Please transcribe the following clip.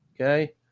Okay